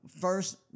first